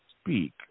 speak